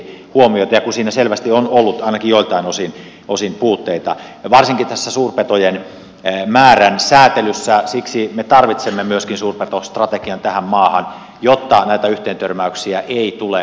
ja kun siinä selvästi on ollut ainakin joiltain osin puutteita varsinkin tässä suurpetojen määrän säätelyssä siksi me tarvitsemme myöskin suurpetostrategian tähän maahan jotta näitä yhteentörmäyksiä ei tule